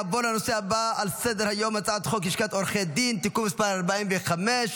נעבור לנושא הבא על סדר-היום: הצעת חוק לשכת עורכי הדין (תיקון מס' 45),